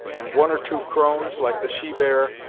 and one or two crones, like the she bear,